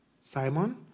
Simon